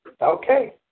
Okay